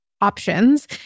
options